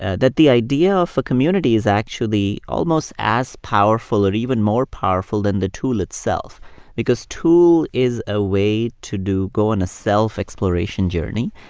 that the idea of a community is actually almost as powerful or even more powerful than the tool itself because tool is a way to do go on a self-exploration journey.